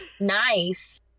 nice